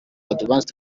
advanced